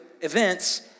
events